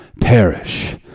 perish